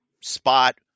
spot